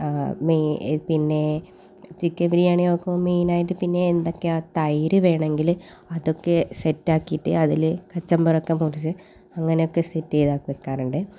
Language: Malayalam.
മെ പിന്നെ ചിക്കൻ ബിരിയാണി വെക്കുമ്പോൾ മെയിനായിട്ട് പിന്നെ എന്തൊക്കെയാണ് തൈര് വേണമെങ്കിൽ അതൊക്കെ സെറ്റാക്കിയിട്ട് അതിൽ കച്ചമ്പറൊക്കെ മുറിച്ച് അങ്ങനെയൊക്കെ സെറ്റ് ചെയ്ത് ആക്കി വെക്കാറുണ്ട്